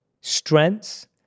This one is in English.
strengths